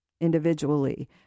individually